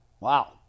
Wow